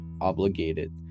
obligated